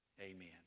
amen